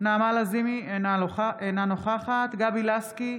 נעמה לזימי, אינה נוכחת גבי לסקי,